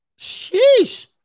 Sheesh